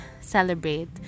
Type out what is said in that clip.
celebrate